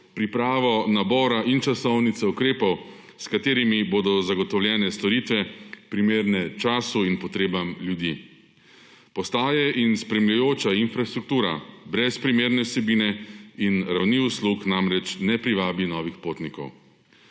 pripravo nabora in časovnico ukrepov, s katerimi bodo zagotovljene storitve, primerne času in potrebam ljudi. Postaje in spremljajoča infrastruktura, brez primerne vsebine in / nerazumljivo/ namreč ne privabi novih potnikov.